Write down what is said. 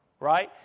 ...right